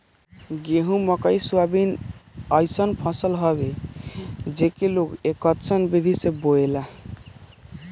गेंहू, मकई, सोयाबीन अइसन फसल हवे जेके लोग एकतस्सन विधि से बोएला